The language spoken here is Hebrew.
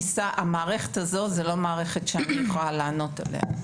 המערכת הזאת היא לא מערכת שאני יכולה לענות עליה.